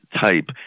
type